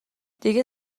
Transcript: دیگه